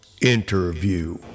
interview